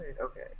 okay